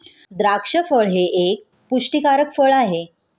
द्राक्ष फळ हे एक पुष्टीकारक फळ आहे